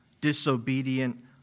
disobedient